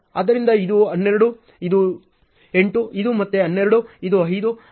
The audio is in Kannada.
ಆದ್ದರಿಂದ ಇದು 12 ಇದು 8 ಇದು ಮತ್ತೆ 12 ಇದು 5